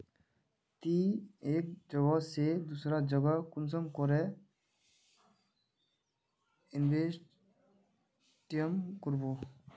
ती एक जगह से दूसरा जगह कुंसम करे इन्वेस्टमेंट करबो?